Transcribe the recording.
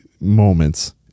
moments